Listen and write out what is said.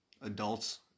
adults